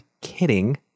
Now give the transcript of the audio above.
kidding